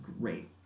great